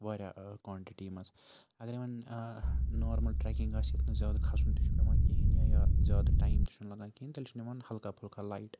واریاہ کانٹِٹی منٛز اگرَے وَنۍ نارمٕل ٹرٛٮ۪کِنٛگ آسہِ یَتھ نہٕ زیادٕ کھَسُن تہِ چھُ پٮ۪وان کِہیٖنۍ نہٕ یا زیادٕ ٹایم تہِ چھُنہٕ لَگان کِہیٖنۍ تیٚلہِ چھُ نِوان ہلکہ پھُلکہ لایٹ